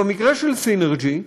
במקרה של סינרג'י,